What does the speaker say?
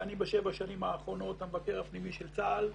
ובשבע השנים האחרונות המבקר הפנימי של צה"ל.